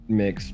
mix